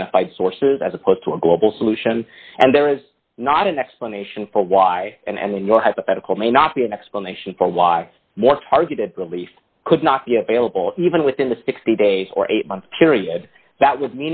identified sources as opposed to a global solution and there is not an explanation for why and then your hypothetical may not be an explanation for why more targeted relief could not be available even within the sixty days or a month period that w